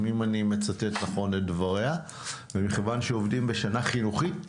אם אני מצטט נכון את דבריה ומכיוון שעובדים בשנה חינוכית,